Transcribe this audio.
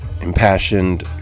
Impassioned